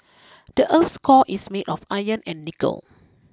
the earth's core is made of iron and nickel